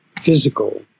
physical